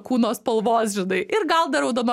kūno spalvos žinai ir gal dar raudonom